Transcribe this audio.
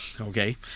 okay